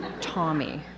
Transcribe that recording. Tommy